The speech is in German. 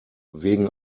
wegen